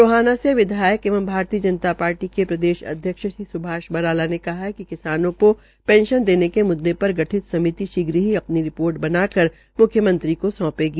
टोहाना से विधायक एवं भारतीय जनता शार्टी के प्रदेशाध्यक्ष श्री स्भाष बराला ने कहा हे कि किसानों को ींश्न देने के म्द्दे ीर गठित समिति शीघ्र ही अधनी रिधोर्ट बनाकर म्ख्यमंत्री को सौंपेगी